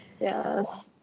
Yes